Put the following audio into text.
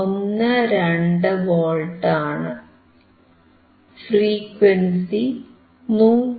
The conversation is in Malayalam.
12 വോൾട്ട് ആണ് ഫ്രീക്വൻസി 159